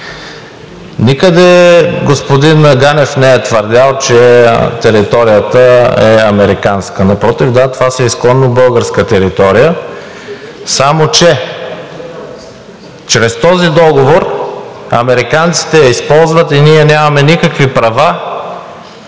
Никъде господин Ганев не е твърдял, че територията е американска. Напротив това е изконно българска територия, само че чрез този договор американците я използват и ние нямаме никакви права